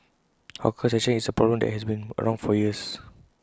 hawker succession is A problem that has been around for years